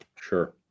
Sure